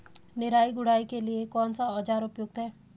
निराई गुड़ाई के लिए कौन सा औज़ार उपयुक्त है?